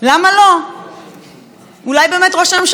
אולי באמת ראש הממשלה ימנה בעצמו את כל בעלי התפקידים?